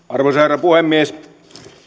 arvoisa herra puhemies